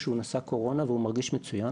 שהוא נשא קורונה והוא מרגיש מצוין,